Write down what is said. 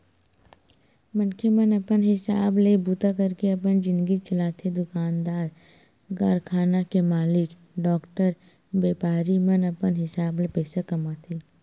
मनखे मन अपन हिसाब ले बूता करके अपन जिनगी चलाथे दुकानदार, कारखाना के मालिक, डॉक्टर, बेपारी मन अपन हिसाब ले पइसा कमाथे